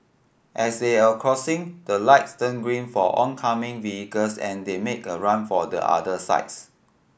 as they are crossing the lights turned green for oncoming vehicles and they make a run for the other sides